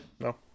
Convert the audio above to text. No